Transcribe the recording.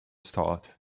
start